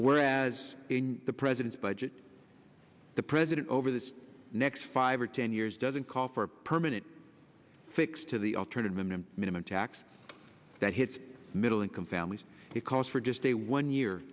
whereas in the president's budget the president over the next five or ten years doesn't call for a permanent fix to the alternative minimum tax that hits middle income families it calls for just a one year